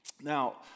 Now